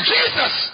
Jesus